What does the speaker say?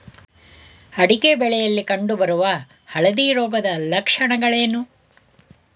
ಅಡಿಕೆ ಬೆಳೆಯಲ್ಲಿ ಕಂಡು ಬರುವ ಹಳದಿ ರೋಗದ ಲಕ್ಷಣಗಳೇನು?